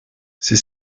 ces